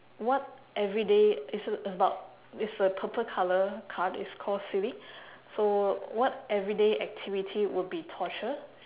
what everyday it's about it's a purple colour card it's called silly so what everyday activity would be torture